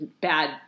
bad